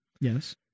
yes